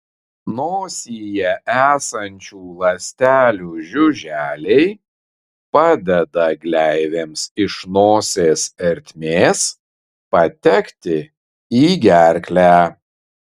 nosyje esančių ląstelių žiuželiai padeda gleivėms iš nosies ertmės patekti į gerklę